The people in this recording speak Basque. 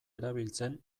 erabiltzen